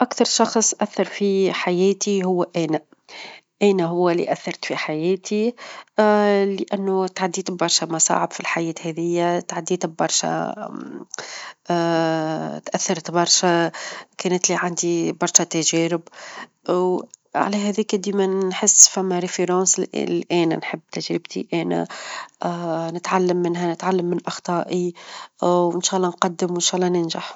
أكتر شخص أثر في حياتي هو أنا، أنا هو لي أثرت في حياتي لأنه اتعديت ببرشا مصاعب في الحياة هذيا، اتعديت ببرشا تأثرت برشا كانت لي عندي برشا تجارب، و على هاذيك ديما نحس فما مرجع لأنا نحب تجربتي أنا نتعلم منها نتعلم من أخطائي وإن شاء الله نقدم، وإن شاء الله ننجح.